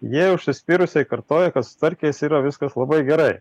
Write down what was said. jie užsispyrusiai kartoja kad su strakiais yra viskas labai gerai